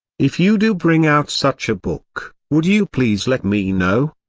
if you do bring out such a book, would you please let me know?